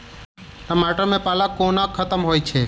टमाटर मे पाला कोना खत्म होइ छै?